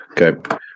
okay